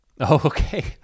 okay